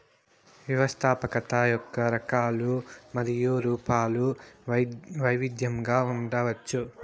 వ్యవస్థాపకత యొక్క రకాలు మరియు రూపాలు వైవిధ్యంగా ఉండవచ్చు